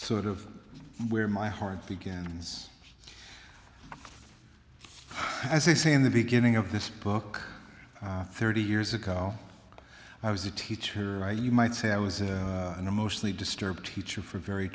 sort of where my heart began as they say in the beginning of this book thirty years ago i was a teacher i you might say i was an emotionally disturbed teacher for very